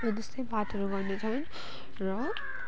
त्यस्तै बातहरू गर्नेछन् र